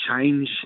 change